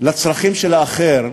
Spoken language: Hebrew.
לצרכים של האחר,